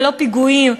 ולא פיגועים,